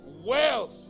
Wealth